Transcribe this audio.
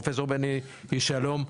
פרופסור בני איש שלום.